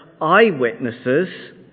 eyewitnesses